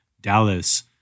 Dallas